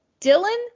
Dylan